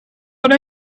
but